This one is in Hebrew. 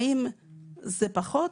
האם זה פחות?